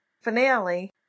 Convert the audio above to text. finale